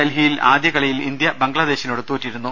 ഡൽഹിയിൽ ആദ്യകളിയിൽ ഇന്ത്യ ബംഗ്ലാ ദേശിനോട് തോറ്റിരുന്നു